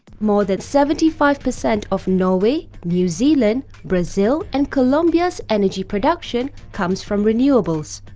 more than seventy five percent of norway, new zealand, brazil and colombia's energy production comes from renewables.